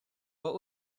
what